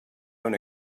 own